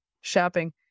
shopping